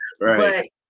Right